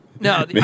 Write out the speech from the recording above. No